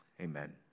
Amen